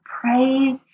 praise